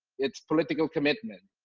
it's political commitment.